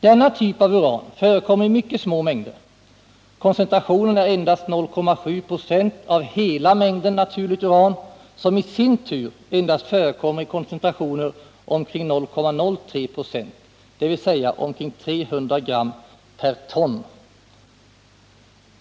Denna typ av uran förekommer i mycket små mängder. Koncentrationen är endast 0,7 26 av hela mängden naturligt uran, som i sin tur endast förekommer i koncentrationer omkring 0,03 96, dvs. omkring 300 gram per ton.